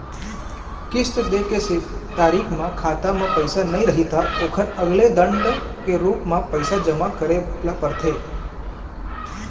किस्त दे के तारीख म खाता म पइसा नइ रही त ओखर अलगे ले दंड के रूप म पइसा जमा करे ल परथे